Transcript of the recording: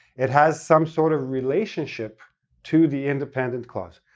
it has some sort of relationship to the independent clause.